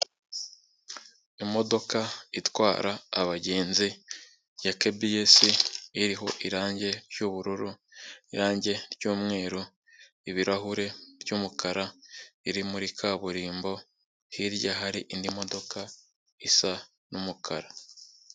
Imodoka itwara abagenzi, ya kebiyesi, iriho irange ry'ubururu, irange ry'umweru, ibirahure by'umukara, iri muri kaburimbo, hirya hari indi modoka isa n'umukara.